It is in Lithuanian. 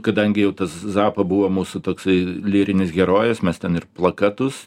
kadangi jau tas zappa buvo mūsų toksai lyrinis herojus mes ten ir plakatus